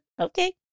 okay